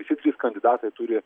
visi trys kandidatai turi